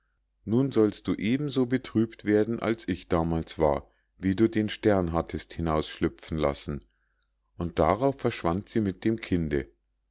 nun sollst du eben so betrübt werden als ich damals war wie du den stern hattest hinausschlüpfen lassen und darauf verschwand sie mit dem kinde